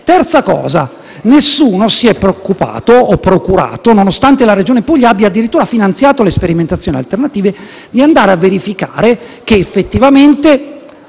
colturali. Nessuno si è procurato o preoccupato - nonostante la Regione Puglia abbia addirittura finanziato le sperimentazioni alternative - di andare a verificare che effettivamente